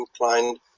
inclined